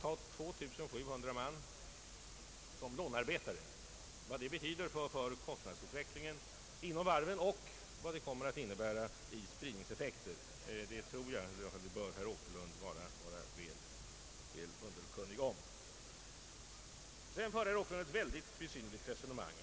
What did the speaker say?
Herr Åkerlund bör vara väl underkunnig om vad det betyder för kostnadsutvecklingen och vilka spridningseffekter det kommer att medföra. Sedan förde herr Åkerlund ett mycket besynnerligt resonemang.